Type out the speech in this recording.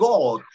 God